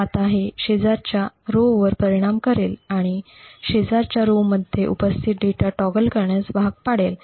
आता हे शेजारच्या ओळीवर परिणाम करेल आणि शेजारच्या पंक्तींमध्ये उपस्थित डेटा टॉगल करण्यास भाग पाडेल